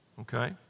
okay